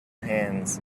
hands